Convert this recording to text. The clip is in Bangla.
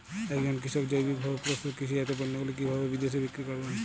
একজন কৃষক জৈবিকভাবে প্রস্তুত কৃষিজাত পণ্যগুলি কিভাবে বিদেশে বিক্রি করবেন?